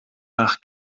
nach